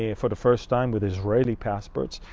ah for the first time with israeli passports.